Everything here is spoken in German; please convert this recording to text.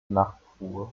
nachtruhe